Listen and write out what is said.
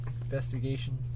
Investigation